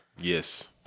Yes